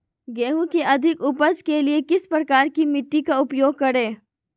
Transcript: गेंहू की अधिक उपज के लिए किस प्रकार की मिट्टी का उपयोग करे?